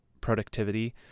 productivity